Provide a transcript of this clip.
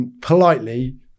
politely